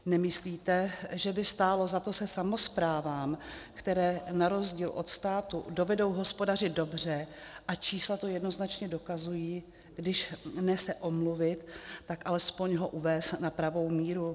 Nemyslíte, že by stálo za to se samosprávám, které na rozdíl od státu dovedou hospodařit dobře, a čísla to jednoznačně dokazují, když ne se omluvit, tak alespoň to uvést na pravou míru?